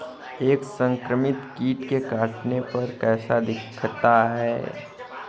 एक संक्रमित कीट के काटने पर कैसा दिखता है?